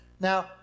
Now